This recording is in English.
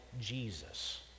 Jesus